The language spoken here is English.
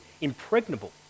impregnable